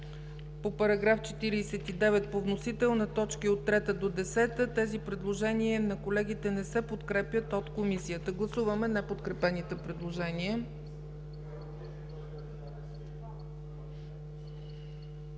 по § 49 по вносител на точки от 3-та до 10-та. Тези предложения на колегите не се подкрепят от Комисията. Гласуваме неподкрепените предложения.